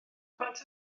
faint